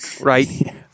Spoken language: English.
right